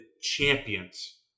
champions